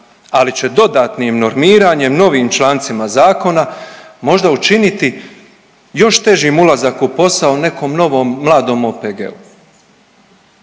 Ali će dodatnim normiranjem, novim člancima zakona možda učiniti još težim ulazak u posao nekom novom mladom OPG-u.